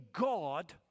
God